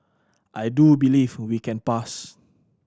I do believe we can pass